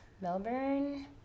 Melbourne